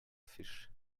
fisch